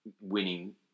winning